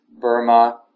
Burma